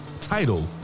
title